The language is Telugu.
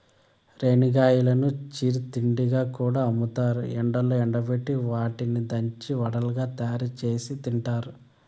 రేణిగాయాలను చిరు తిండిగా కూడా అమ్ముతారు, ఎండలో ఎండబెట్టి వాటిని దంచి వడలుగా తయారుచేసి తింటారు